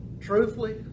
Truthfully